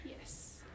Yes